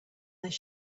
their